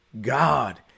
God